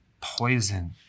poison